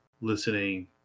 listening